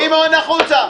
שמעון, החוצה.